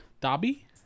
Dobby